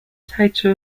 title